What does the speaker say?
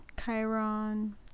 Chiron